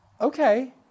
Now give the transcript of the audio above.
okay